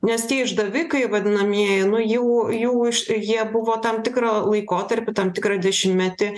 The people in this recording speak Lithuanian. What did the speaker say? nes tie išdavikai vadinamieji nu jų jų jie buvo tam tikrą laikotarpį tam tikrą dešimtmetį